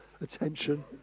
attention